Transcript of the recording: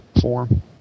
form